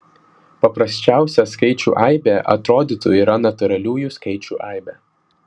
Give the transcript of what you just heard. paprasčiausia skaičių aibė atrodytų yra natūraliųjų skaičių aibė